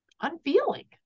unfeeling